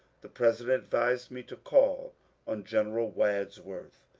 the president advised me to call on general wadsworth.